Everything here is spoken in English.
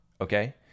okay